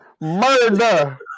Murder